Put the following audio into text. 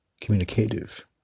communicative